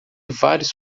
vários